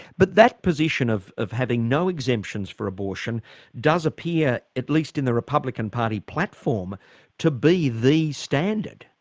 but that position of of having no exemptions for abortion does appear at least in the republican party platform to be the standard.